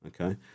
okay